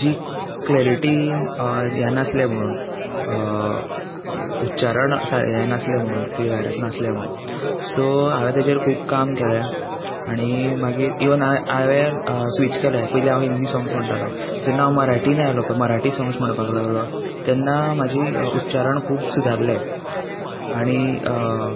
जी क्लॅरिटीन हें नासलें म्हुणून कितें उच्चारण सा हें नासलें म्हुणून क्लियर नासलें म्हुणून सो हांवें तेजेर खूब काम केलें आनी मागीर इवन हांव हांवें स्वीच केलें पयलीं हांव हिंदी सॉग्स म्हणटालो जेन्ना हांव मराठीन आयलो पळय मराठी सॉग्स म्हणपाक लागलो तेन्ना म्हाजी उच्चारण खूब सुदारलें आनी